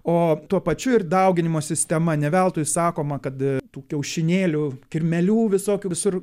o tuo pačiu ir dauginimo sistema ne veltui sakoma kad tų kiaušinėlių kirmėlių visokių visur